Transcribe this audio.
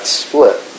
split